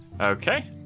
Okay